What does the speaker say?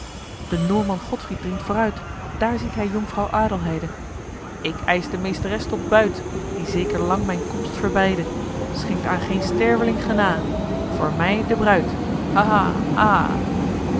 de noorman godfried dringt vooruit daar ziet hij jonkvrouw adelheide ik eisch de meesteres tot buit die zeker lang mijn komst verbeidde schenkt aan geen sterveling genâ voor mij de bruid haha